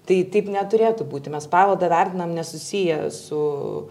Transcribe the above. tai taip neturėtų būti mes paveldą vertinam nesusiję su